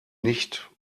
nicht